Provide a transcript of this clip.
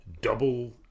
double